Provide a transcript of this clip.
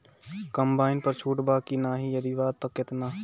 Combine पर छूट बा की नाहीं यदि बा त केतना?